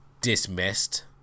dismissed